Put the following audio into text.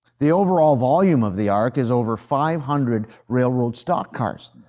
the overall volume of the ark is over five hundred railroad stock cars.